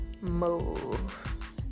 move